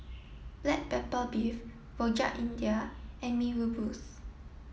Black Pepper Beef Rojak India and Mee Rebus